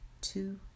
two